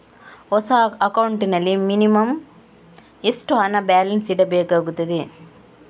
ಹೊಸ ಅಕೌಂಟ್ ನಲ್ಲಿ ಮಿನಿಮಂ ಎಷ್ಟು ಹಣ ಬ್ಯಾಲೆನ್ಸ್ ಇಡಬೇಕಾಗುತ್ತದೆ?